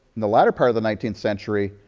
in the latter part of the nineteenth century,